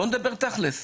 בואו נדבר תכל'ס.